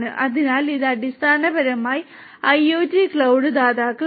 അതിനാൽ ഇത് അടിസ്ഥാനപരമായി IoT ക്ലൌഡ് ദാതാക്കളാണ്